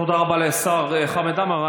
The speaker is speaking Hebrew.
תודה רבה לשר חמד עמאר.